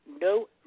No